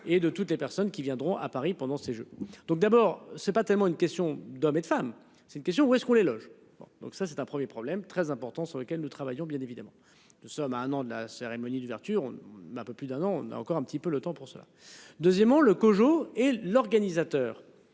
et de toutes les personnes qui viendront à Paris pendant ces Jeux. Donc d'abord c'est pas tellement une question d'hommes et de femmes, c'est une question, où est-ce qu'on les loge. Donc ça c'est un 1er problème très important sur lequel nous travaillons bien évidemment, nous sommes à un an de la cérémonie d'ouverture, mais un peu plus d'un an on encore un petit peu le temps pour cela. Deuxièmement le COJO et l'organisateur.